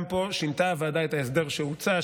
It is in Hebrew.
גם פה שינתה הוועדה את ההסדר שהוצע,